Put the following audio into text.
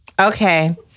Okay